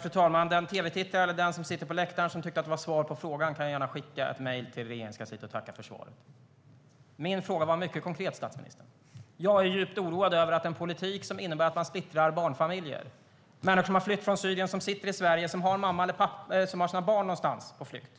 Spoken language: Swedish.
Fru talman! Den tv-tittare eller den som sitter på läktaren som tyckte att det var svar på frågan kan gärna skicka ett mejl till Regeringskansliet och tacka för svaret. Min fråga var mycket konkret, statsministern. Jag är djupt oroad över en politik som innebär att man splittrar barnfamiljer. Det är människor som har flytt från Syrien, som sitter i Sverige och som har sina barn någonstans på flykt.